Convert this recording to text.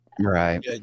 right